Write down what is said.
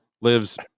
lives